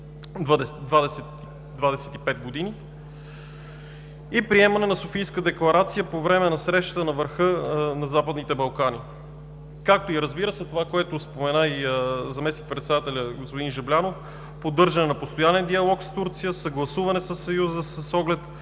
приемане на софийска декларация по време на срещата на върха на Западните балкани, както и, разбира се, това, което спомена и заместник-председателят господин Жаблянов – поддържане на постоянен диалог с Турция, съгласуване със Съюза с оглед